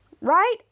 right